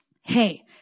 hey